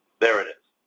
there it is.